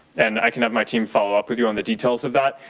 and i can have my team follow up with you on the details of that.